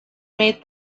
made